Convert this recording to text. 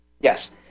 yes